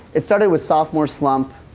it started with sophomore slump